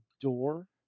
door